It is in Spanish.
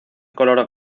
color